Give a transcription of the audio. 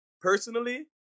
personally